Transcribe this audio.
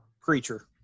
Creature